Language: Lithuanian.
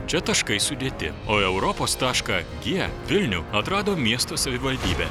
čia taškai sudėti o europos tašką gie vilnių atrado miesto savivaldybė